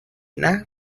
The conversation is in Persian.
نحوی